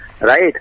Right